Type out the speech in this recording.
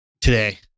today